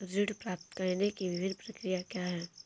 ऋण प्राप्त करने की विभिन्न प्रक्रिया क्या हैं?